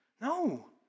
No